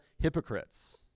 hypocrites